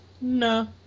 No